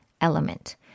element